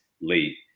late